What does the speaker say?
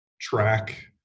track